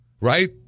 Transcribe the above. Right